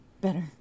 Better